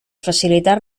facilitar